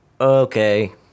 okay